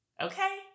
okay